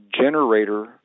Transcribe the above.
generator